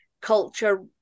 culture